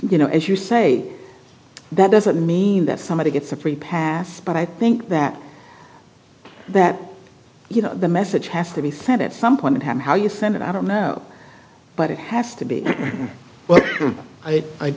you know as you say that doesn't mean that somebody gets a free pass but i think that that you know the message has to be fed at some point in time how you think and i don't know but it has to be well i i